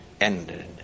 ended